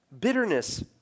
Bitterness